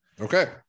Okay